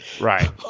Right